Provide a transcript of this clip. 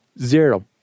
Zero